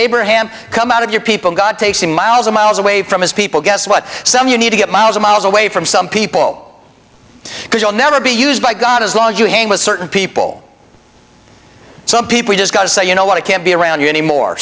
abraham come out of your people god takes him miles and miles away from his people guess what some you need to get miles and miles away from some people because you'll never be used by god as long as you hang with certain people some people just got to say you know what i can't be around you anymore